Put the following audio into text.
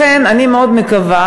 לכן אני מאוד מקווה,